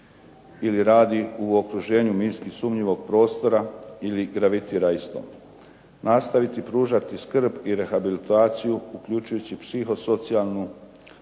ili radi u okruženju minski sumnjivog prostora ili gravitira istom. Nastaviti pružati skrb i rehabilitaciju uključujući psihosocijalnu